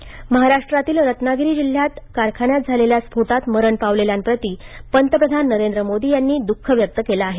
रत्नागिरी पंतप्रधान महाराष्ट्रातील रत्नागिरी जिल्ह्यात कारखान्यात झालेल्या स्फोटात मरण पावलेल्यांप्रती पंतप्रधान नरेंद्र मोदी यांनी दुःख व्यक्त केलं आहे